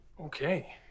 Okay